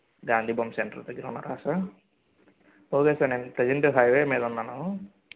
గాంధీ బొమ్మ సెంటర్ దగ్గర ఉన్నారా సార్ ఓకే సార్ నేను ప్రెజెంటు హైవే మీద ఉన్నాను